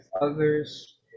others